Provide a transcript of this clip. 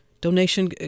donation